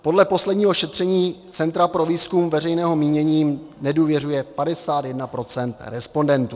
Podle posledního šetření Centra pro výzkum veřejného mínění jim nedůvěřuje 51 % respondentů.